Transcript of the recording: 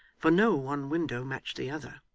for no one window matched the other,